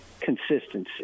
consistency